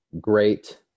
great